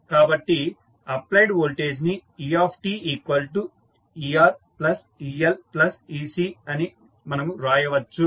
కాబట్టి applied voltage ని eteReLecఅని మనము రాయవచ్చు